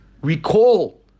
recall